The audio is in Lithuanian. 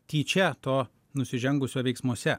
tyčia to nusižengusio veiksmuose